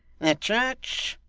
the church,